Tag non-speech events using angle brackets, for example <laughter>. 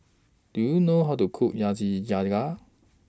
Do YOU know How to Cook <unintelligible>